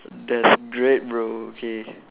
that's great bro okay